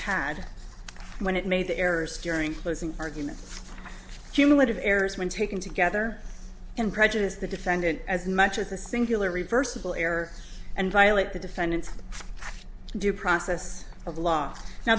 had when it made the errors during closing arguments cumulative errors when taken together and prejudice the defendant as much as the singular reversible error and violate the defendant's due process of law now